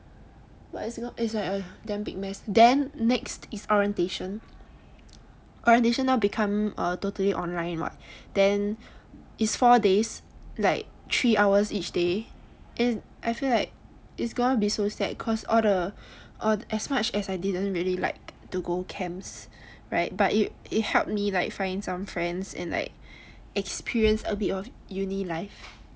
but it's li~ damn big mess then next is orientation orientation now become totally online [what] then it's four days like three hours each day then I feel like it's going to be so sad cause all the as much as I didn't really like to go camps right but it helped me like find some friends and like experience a bit of uni life